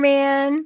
Man